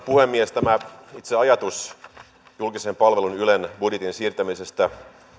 puhemies tämä itse ajatus julkisen palvelunylen budjetin siirtämisestä